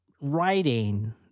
writing